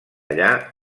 allà